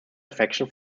affection